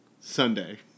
Sunday